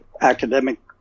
academic